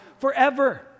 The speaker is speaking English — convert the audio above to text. forever